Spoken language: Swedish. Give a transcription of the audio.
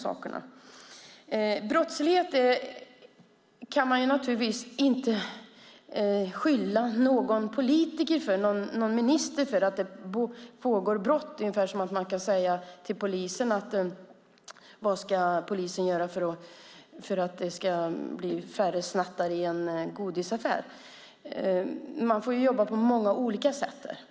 Man kan inte skylla brottsligheten på politiker eller ministrar. Det vore som att säga att det är polisens ansvar att minska antalet snattare i en godisaffär. Man får jobba på många olika sätt.